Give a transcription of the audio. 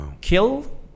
Kill